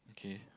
okay